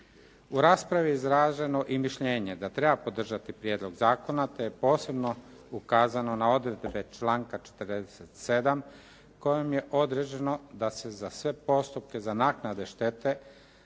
U raspravi je izraženo i mišljenje da treba podržati prijedlog zakona te je posebno ukazano na odredbe članka 47. kojim je određeno da se za sve postupke, za naknade štete